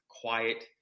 quiet